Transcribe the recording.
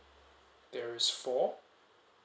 there's four